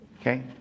okay